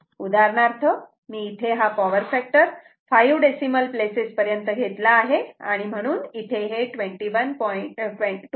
उदाहरणार्थ मी इथे पॉवर फॅक्टर 5 डेसिमल प्लेसेस पर्यंत घेतला आहे आणि म्हणून इथे हे 2199